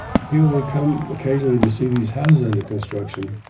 people would come occasionally to see these houses under construction.